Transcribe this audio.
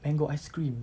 mango ice cream